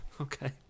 okay